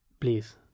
please